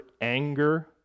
anger